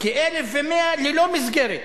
וכ-1,100 ללא מסגרת.